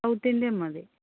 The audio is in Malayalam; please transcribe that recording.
സൗത്ത് ഇന്ത്യൻ മതി